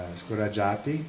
scoraggiati